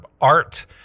art